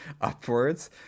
upwards